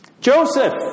Joseph